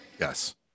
Yes